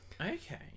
Okay